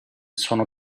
sono